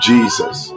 Jesus